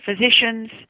physicians